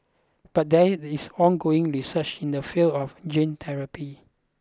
but there is ongoing research in the field of gene therapy